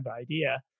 idea